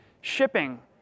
shipping